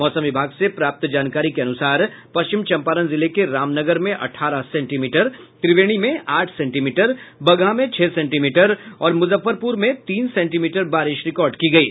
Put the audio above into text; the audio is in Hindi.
मौसम विभाग से प्राप्त जानकारी के अनुसार पश्चिम चंपारण जिले के रामनगर में अठारह सेंटीमीटर त्रिवेणी में आठ सेंटीमीटर बगहा में छह सेंटीमीटर और मुजफ्फरपुर में तीन सेंटीमीटर बारिश रिकॉर्ड की गयी